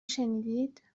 شنیدید